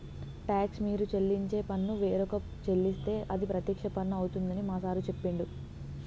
talks మీరు చెల్లించే పన్ను వేరొక చెల్లిస్తే అది ప్రత్యక్ష పన్ను అవుతుందని మా సారు చెప్పిండు